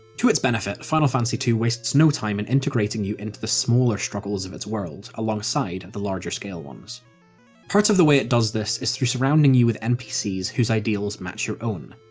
to its benefit, final fantasy ii wastes no time in integrating you into the smaller struggles of its world, alongside the larger-scale ones part of the way it does this is through surrounding you with npcs whose ideals match your own,